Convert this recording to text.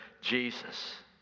Jesus